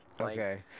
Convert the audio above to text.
Okay